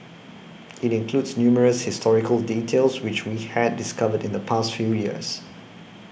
it includes numerous historical details which we had discovered in the past few years